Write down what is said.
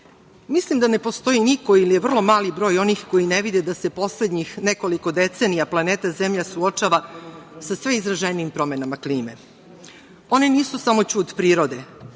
mislim da ne postoji niko ili je vrlo mali broj onih koji ne vide da se poslednjih nekoliko decenija planeta Zemlja suočava sa sve izraženijim promenama klime. One nisu samo ćud prirode,